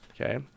Okay